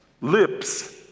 lips